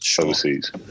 overseas